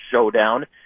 showdown